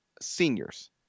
seniors